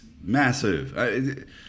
Massive